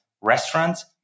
restaurants